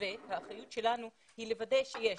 האחריות שלנו היא לוודא שיש